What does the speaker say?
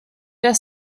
der